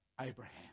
Abraham